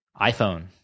iPhone